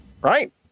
right